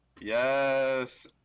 Yes